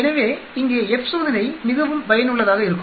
எனவே இங்கே F சோதனை மிகவும் பயனுள்ளதாக இருக்கும்